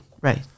Right